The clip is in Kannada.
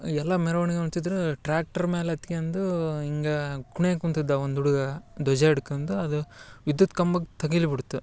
ಎಲ್ಲ ಮೆರ್ವಣಿಗೆ ಒಂಟಿದ್ರು ಟ್ರ್ಯಾಕ್ಟ್ರ್ ಮ್ಯಾಲೆ ಹತ್ಕ್ಯಂದು ಹಿಂಗ ಕುಣ್ಯಾಕ ಕೂತಿದ್ದ ಒಂದು ಹುಡ್ಗ ಧ್ವಜ ಹಿಡ್ಕಂದು ಅದು ವಿದ್ಯುತ್ ಕಂಬಕ್ಕೆ ತಗಲಿಬಿಡ್ತ